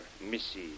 Missy